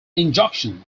injunction